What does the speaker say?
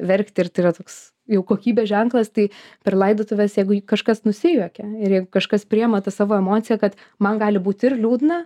verkti ir tai yra toks jau kokybės ženklas tai per laidotuves jeigu kažkas nusijuokė ir jeigu kažkas priima tą savo emociją kad man gali būt ir liūdna